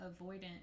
avoidant